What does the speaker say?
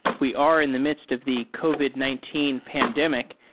we are in the midst of the covid nineteen pandemic,